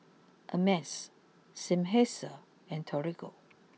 Ameltz Seinheiser and Torigo